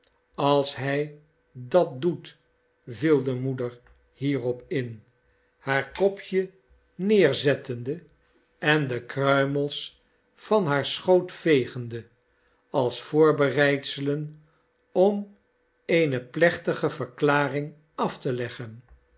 als hij dat doet viel de moeder hierop in haar kopje neerzettende en de kruimels van haar schoot vegende als voorbereidselen om eene plechtige verklaring af te leggen